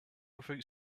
without